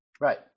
Right